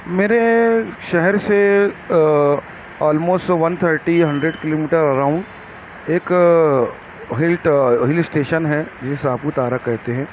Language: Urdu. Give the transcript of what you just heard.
میرے شہر سے آلموسٹ ون تھرٹی یا ہنڈریڈ کلو میٹر اراؤنڈ ایک ہل اسٹیشن ہے جسے ساپوتارہ کہتے ہیں